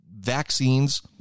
vaccines